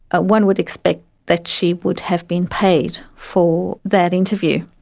ah one would expect that she would have been paid for that interview.